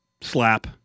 Slap